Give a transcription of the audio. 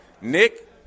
Nick